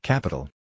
Capital